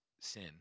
sin